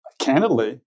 candidly